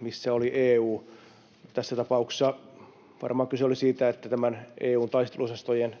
missä oli EU? Tässä tapauksessa kyse oli varmaan siitä, että tämä EU:n taisteluosastojen